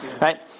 right